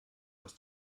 aus